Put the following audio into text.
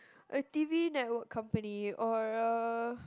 a T_V network company or a